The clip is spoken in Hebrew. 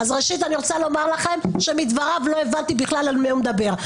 ראשית מדבריו לא הבנתי בכלל על מי שהוא מדבר.